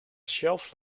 shelf